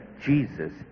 Jesus